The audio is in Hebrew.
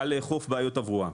קל לאכוף בעיות תברואה.